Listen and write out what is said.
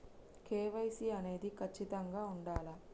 KYC అనేది ఖచ్చితంగా ఉండాలా?